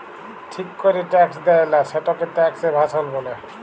ঠিক ক্যরে ট্যাক্স দেয়লা, সেটকে ট্যাক্স এভাসল ব্যলে